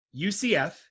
UCF